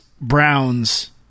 Browns